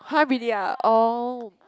!huh! really ah oh